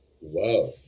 Wow